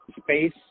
space